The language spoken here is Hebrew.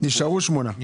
נשארו שמונה.